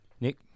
Nick